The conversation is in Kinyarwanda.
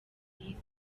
mwiza